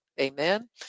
Amen